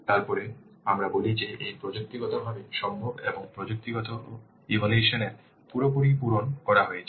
তারপরে আমরা বলি যে এটি প্রযুক্তিগতভাবে সম্ভব এবং প্রযুক্তিগত ইভ্যালুয়েশন পুরোপুরি পূরণ করা হয়েছে